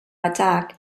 attack